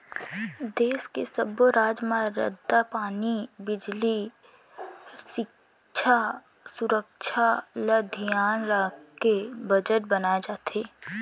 देस के सब्बो राज म रद्दा, पानी, बिजली, सिक्छा, सुरक्छा ल धियान राखके बजट बनाए जाथे